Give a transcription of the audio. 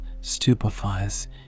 stupefies